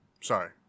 Sorry